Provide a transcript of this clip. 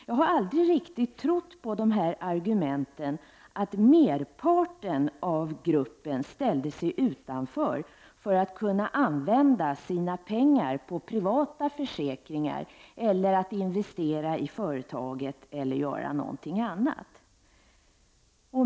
Jag har aldrig riktigt trott på argumenten att merparten av gruppen ställde sig utanför för att kunna använda sina pengar till privata försäkringar eller investeringar i företaget eller något annat.